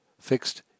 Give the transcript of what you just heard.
Fixed